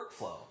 workflow